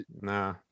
Nah